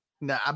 No